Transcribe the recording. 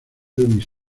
verdadero